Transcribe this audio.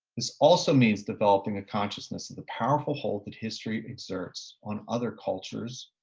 this also means developing a consciousness of the powerful hold that history inserts on other cultures,